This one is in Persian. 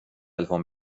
تلفن